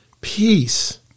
Peace